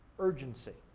urgency.